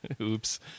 Oops